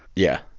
yeah.